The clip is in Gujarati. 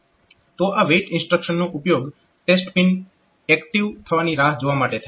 તો આ WAIT ઇન્સ્ટ્રક્શનનો ઉપયોગ ટેસ્ટ પિન એક્ટીવ થવાની રાહ જોવા માટે થાય છે